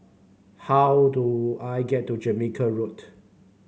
how do I get to Jamaica Road